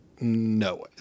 no